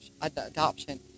adoption